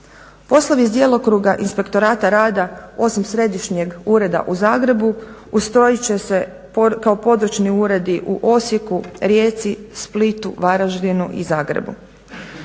Poslovi iz djelokruga Inspektorata rada. Osim središnjeg ureda u Zagrebu ustrojit će se kao područni uredi u Osijeku, Rijeci, Splitu, Varaždinu i Zagrebu